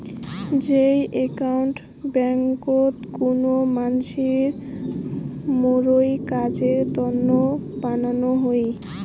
যেই একাউন্ট ব্যাংকোত কুনো মানসির মুইর কাজের তন্ন বানানো হই